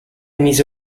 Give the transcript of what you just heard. mise